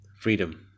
freedom